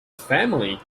family